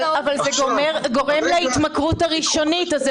אבל זה גורם להתמכרות הראשונית אז זה